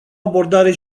abordare